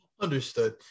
Understood